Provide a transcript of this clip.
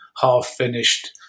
half-finished